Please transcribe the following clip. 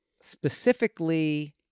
specifically